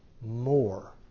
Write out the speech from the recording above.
more